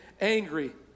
angry